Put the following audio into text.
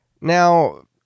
Now